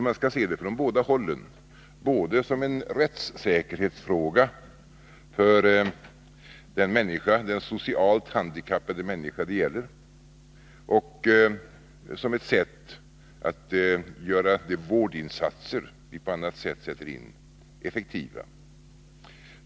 Man skall se det från båda hållen, både som en rättssäkerhetsfråga för den socialt handikappade människa det gäller, och som ett sätt att göra de vårdinsatser vi i övrigt sätter in effektiva.